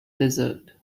desert